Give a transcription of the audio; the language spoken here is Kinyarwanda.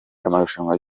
amarushanwa